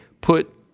put